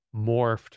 morphed